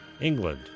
England